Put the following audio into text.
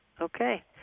Okay